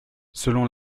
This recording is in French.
selon